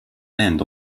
end